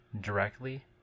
directly